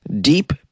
deep